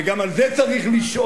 וגם על זה צריך לשאוג,